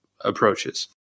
approaches